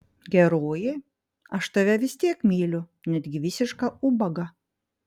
geroji aš tave vis tiek myliu netgi visišką ubagą